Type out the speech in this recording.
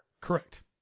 Correct